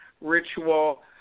ritual